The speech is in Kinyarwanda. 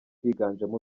higanjemo